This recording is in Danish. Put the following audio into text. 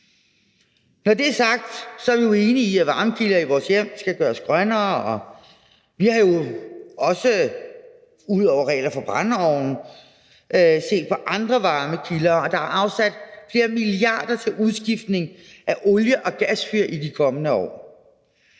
Når det er sagt, er vi enige i, at varmekilder i vores hjem skal gøres grønnere. Vi har jo også ud over reglerne for brændeovne set på andre varmekilder, og der er afsat flere milliarder til udskiftning af olie- og gasfyr i de kommende år.